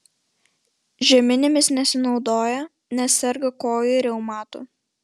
žeminėmis nesinaudoja nes serga kojų reumatu